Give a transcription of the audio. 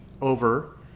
over